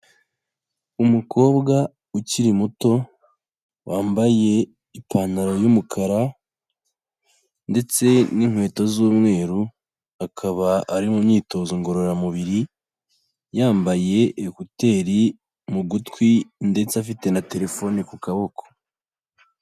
Umukobwa ukiri muto, wambaye ipantaro y'umukara ndetse n'inkweto z'umweru, akaba ari mu myitozo ngororamubiri, yambaye ekuteri mu gutwi ndetse afite na telefone ku kaboko.